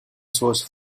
source